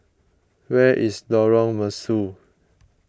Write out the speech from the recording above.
where is Lorong Mesu